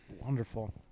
wonderful